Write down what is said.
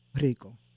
Rico